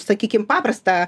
sakykim paprasta